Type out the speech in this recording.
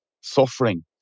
suffering